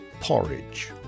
Porridge